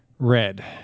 Red